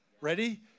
Ready